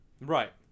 Right